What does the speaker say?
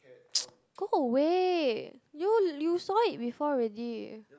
go away you you saw it before already